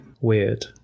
weird